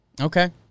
Okay